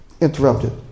interrupted